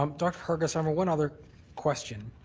um dr. hargesheimer, one other question,